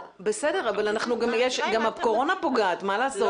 גם הקורונה פוגעת, מה לעשות?